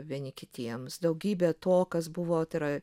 vieni kitiems daugybė to kas buvo tai yra